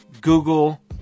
Google